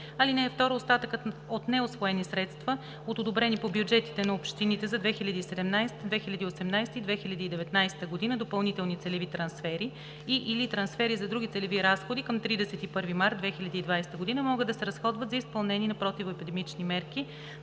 годината. (2) Остатъкът от неусвоени средства от одобрени по бюджетите на общините през 2017-а, 2018-а и 2019 г. допълнителни целеви трансфери и/или трансфери за други целеви разходи към 31 март 2020 г. могат да се разходват за изпълнение на противоепидемични мерки